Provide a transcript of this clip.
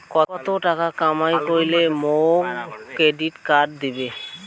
কত টাকা কামাই করিলে মোক ক্রেডিট কার্ড দিবে?